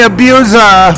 Abuser